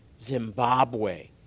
Zimbabwe